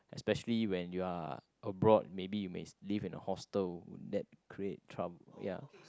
especially when you are abroad maybe you may live in a hostel would that create trouble ya